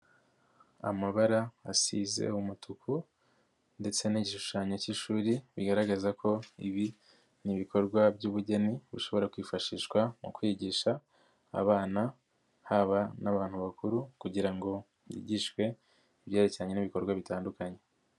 Amabara asize umutuku ndetse n'igishushanyo k'ishuri bigaragaza ko ibi ni ibikorwa by'ubugeni bishobora kwifashishwa mu kwigisha abana haba n'abantu bakuru kugira ngo bigishwe ibyerekeranye n'ibikorwa bitandukanye.